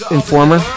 Informer